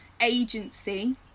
agency